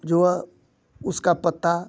जो है उसका पत्ता